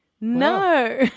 No